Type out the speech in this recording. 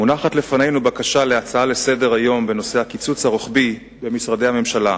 מונחת לפנינו בקשה להצעה לסדר-היום בנושא הקיצוץ הרוחבי במשרדי הממשלה.